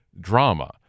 drama